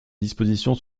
dispositions